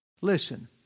Listen